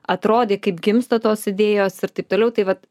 atrodė kaip gimsta tos idėjos ir taip toliau tai vat